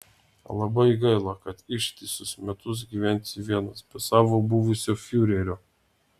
labai gaila kad ištisus metus gyvensi vienas be savo buvusio fiurerio